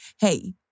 hey